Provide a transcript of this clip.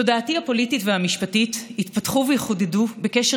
תודעתי הפוליטית ותודעתי המשפטית התפתחו והתחדדו בקשר